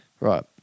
Right